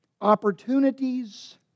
Opportunities